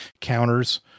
counters